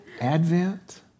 Advent